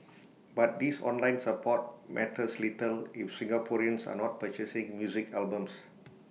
but this online support matters little if Singaporeans are not purchasing music albums